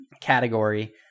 category